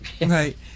Right